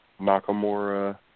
Nakamura